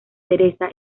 teresa